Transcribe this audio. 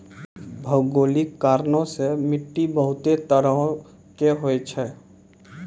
भौगोलिक कारणो से माट्टी बहुते तरहो के होय छै